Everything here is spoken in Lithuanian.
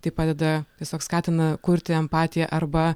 tai padeda tiesiog skatina kurti empatiją arba